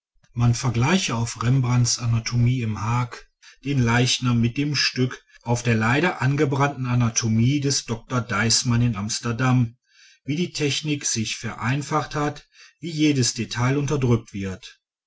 man vergleiche auf rembrandts anatomie im haag den leichnam mit dem stück auf der leider angebrannten anatomie des dr deisman in amsterdam wie die technik sich vereinfacht hat wie jedes detail unterdrückt wird